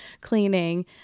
cleaning